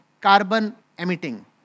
carbon-emitting